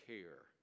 Care